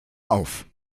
auf